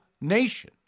nation